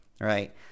Right